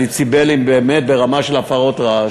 הדציבלים הם באמת של הפרות רעש,